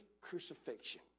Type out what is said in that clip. crucifixion